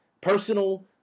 personal